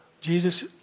Jesus